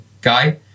guy